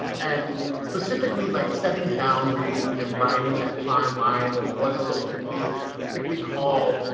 and specifically like setting boundaries and riding that fine line of what is so quickly quickly called,